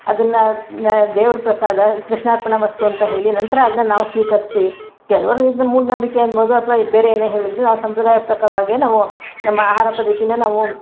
ಅದನ್ನು ನ ದೇವ್ರ ಪ್ರಸಾದ ಕೃಷ್ಣಾರ್ಪಣ ಮಸ್ತು ಅಂತ ಹೇಳಿ ನಂತರ ಅದನ್ನು ನಾವು ಸ್ವೀಕರಿಸ್ತೀವಿ ಕೆಲವ್ರದ್ದು ಇದನ್ನು ಮೂಢನಂಬಿಕೆ ಅನ್ಬೋದು ಅಥ್ವಾ ಬೇರೆ ಏನೇ ಹೇಳಿದ್ರು ನಾವು ಸಂಪ್ರದಾಯ ಪ್ರಕಾರವಾಗೆ ನಾವು ನಮ್ಮ ಆಹಾರ ಪದ್ಧತಿನ ನಾವು